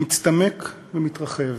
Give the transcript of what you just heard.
מצטמק ומתרחב,